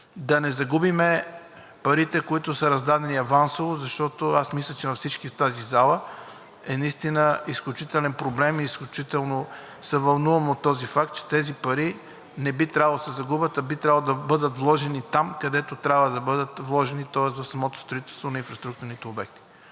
да не загубим парите, които са раздадени авансово. Защото аз мисля, че за всички в тази зала е наистина изключителен проблем и изключително се вълнуваме от този факт, че тези пари не би трябвало да се загубят, а би трябвало да бъдат вложени там, където трябва да бъдат вложени, тоест в самото строителство на инфраструктурните обекти.